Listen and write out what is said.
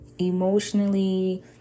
emotionally